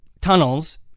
tunnels